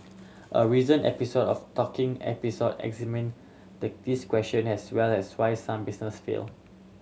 a recent episode of Talking Episode examine the this question as well as why some businesses fail